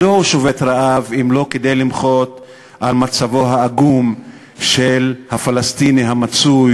מדוע הוא שובת רעב אם לא כדי למחות על מצבו העגום של הפלסטיני המצוי